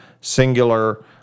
Singular